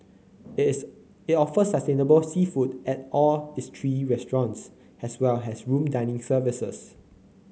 it's it offers sustainable seafood at all its three restaurants as well as room dining services